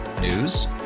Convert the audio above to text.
News